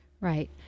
Right